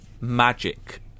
magic